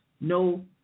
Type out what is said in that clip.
No